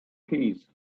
keys